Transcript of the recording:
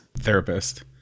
therapist